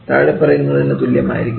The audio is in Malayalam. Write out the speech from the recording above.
താഴെപ്പറയുന്നതിനു തുല്യമായിരിക്കണം